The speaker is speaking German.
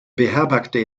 beherbergte